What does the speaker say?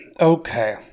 Okay